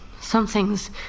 Something's